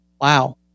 Wow